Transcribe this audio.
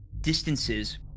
distances